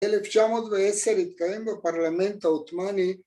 1910 התקיים בפרלמנט העות'מאני